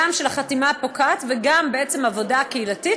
גם של החתימה הפוקעת וגם בעצם עבודה קהילתית,